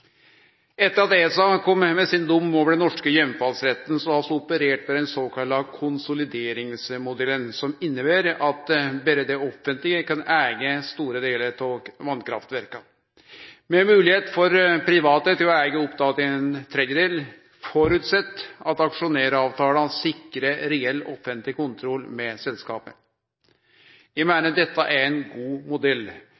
Etter at ESA kom med sin dom over den norske heimfallsretten, har vi operert med den såkalla konsolideringsmodellen, som inneber at berre det offentlege kan eige store delar av vasskraftverka. Moglegheita for private til å eige opp til ein tredjedel føreset at aksjonæravtala sikrar reell offentleg kontroll med selskapet.